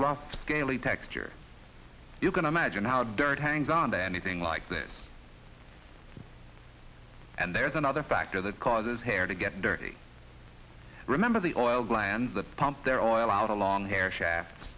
rough scaly texture you can imagine how dirt hangs on to anything like this and there's another factor that causes hair to get dirty remember the oil glands the pump their own oil out a long hair shaft